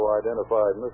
identified